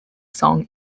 song